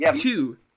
Two